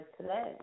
today